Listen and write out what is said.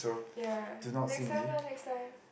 ya next time lah next time